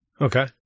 Okay